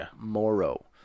Moro